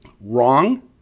wrong